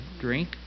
drink